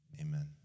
amen